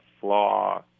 flaw